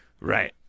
right